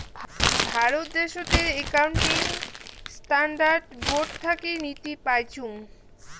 ভারত দ্যাশোতের accounting standard board থাকি নীতি পাইচুঙ